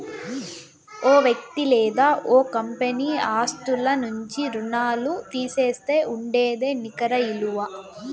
ఓ వ్యక్తి లేదా ఓ కంపెనీ ఆస్తుల నుంచి రుణాల్లు తీసేస్తే ఉండేదే నికర ఇలువ